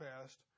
past